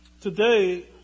today